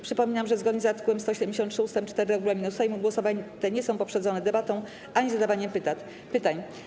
Przypominam, że zgodnie z art. 173 ust. 4 regulaminu Sejmu głosowania te nie są poprzedzone debatą ani zadawaniem pytań.